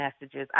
messages